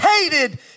hated